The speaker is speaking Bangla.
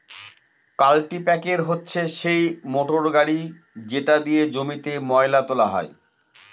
কাল্টিপ্যাকের হচ্ছে সেই মোটর গাড়ি যেটা দিয়ে জমিতে ময়লা তোলা হয়